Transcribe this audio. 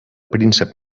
príncep